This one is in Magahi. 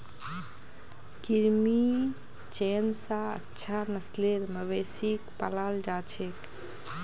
कृत्रिम चयन स अच्छा नस्लेर मवेशिक पालाल जा छेक